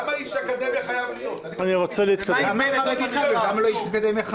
למה חייב להיות איש אקדמיה?